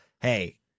hey